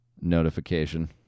notification